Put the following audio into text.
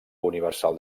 universal